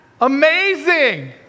amazing